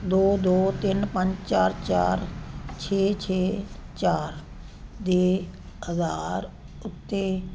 ਦੋ ਦੋ ਤਿੰਨ ਪੰਜ ਚਾਰ ਚਾਰ ਛੇ ਛੇ ਚਾਰ ਦੇ ਅਧਾਰ ਉੱਤੇ